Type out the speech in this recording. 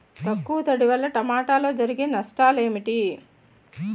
తక్కువ తడి వల్ల టమోటాలో జరిగే నష్టాలేంటి?